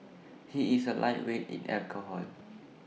he is A lightweight in alcohol